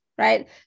right